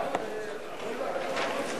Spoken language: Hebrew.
מי נגד?